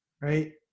right